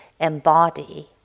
embody